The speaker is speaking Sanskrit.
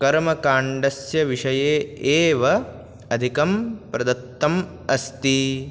कर्मकाण्डस्य विषये एव अधिकं प्रदत्तम् अस्ति